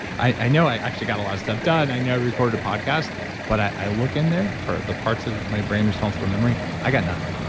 i i know i actually got a lot of stuff done. i now recorded a podcast but i look in there for the parts of my brain responsible for memory. i got nothing.